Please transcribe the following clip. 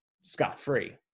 scot-free